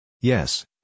Yes